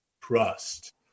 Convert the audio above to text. trust